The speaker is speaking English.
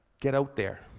get out there.